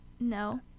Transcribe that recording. no